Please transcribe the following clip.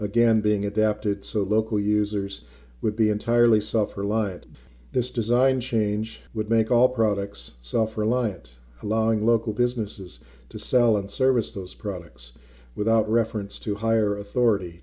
again being adapted so local users would be entirely suffer live this design change would make all products suffer alliance allowing local businesses to sell and service those products without reference to higher authority